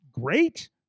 Great